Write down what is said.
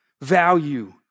value